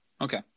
Okay